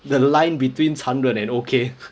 the line between 残忍 and okay